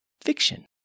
Fiction